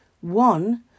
One